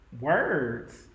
Words